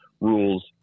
rules